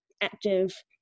active